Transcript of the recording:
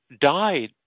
died